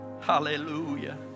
Hallelujah